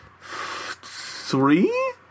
three